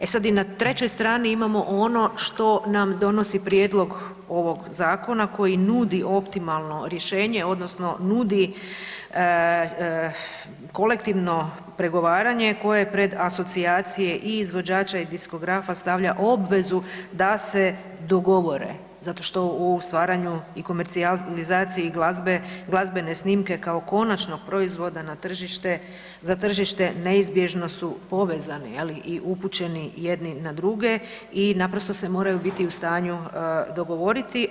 E sad i na trećoj strani imamo ono što nam donosi prijedlog ovog zakona koji nudi optimalno rješenje, odnosno nudi kolektivno pregovaranje koje pred asocijacije i izvođača i diskografa stavlja obvezu da se dogovore zato što u stvaranju i komercijalizaciji glazbe, glazbene snimke kao konačnog proizvoda za tržište neizbješno su povezani i upućeni jedni na druge i naprosto se moraju biti u stanju dogovoriti.